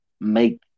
make